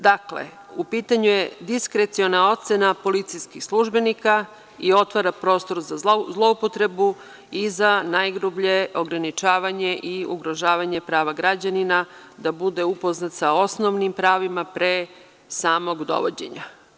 Dakle, u pitanju je diskreciona ocena policijskih službenika i otvara prostor za zloupotrebu i za najgrublje ograničavanje i ugrožavanje prava građanina da bude upoznat sa osnovnim pravima pre samog dovođenja.